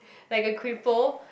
like a cripple